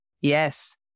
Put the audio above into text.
Yes